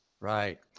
Right